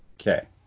Okay